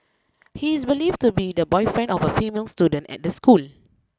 he is believed to be the boyfriend of a female student at the school